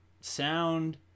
sound